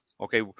okay